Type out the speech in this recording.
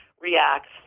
reacts